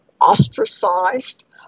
ostracized